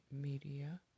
media